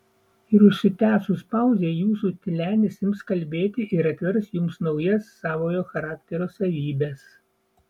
ir užsitęsus pauzei jūsų tylenis ims kalbėti ir atvers jums naujas savojo charakterio savybes